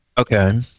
okay